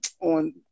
on